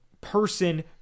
person